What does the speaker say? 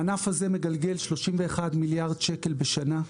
הענף הזה מגלגל 31 מיליארד שקלים בשנה.